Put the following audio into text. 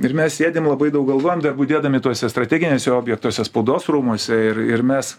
ir mes sėdim labai daug galvojam dar budėdami tuose strateginiuose objektuose spaudos rūmuose ir ir mes